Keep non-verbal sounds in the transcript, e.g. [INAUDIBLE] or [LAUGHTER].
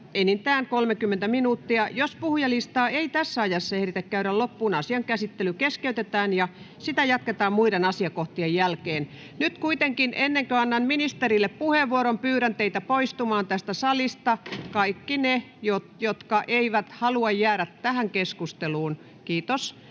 enintään 30 minuuttia. Jos puhujalistaa ei tässä ajassa ehditä käydä loppuun, asian käsittely keskeytetään ja sitä jatketaan muiden asiakohtien jälkeen. [NOISE] — Nyt kuitenkin, ennen kuin annan ministerille puheenvuoron, pyydän poistumaan tästä salista kaikkia niitä, jotka eivät halua jäädä tähän keskusteluun. — Kiitos.